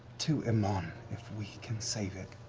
to emon, if we can save it?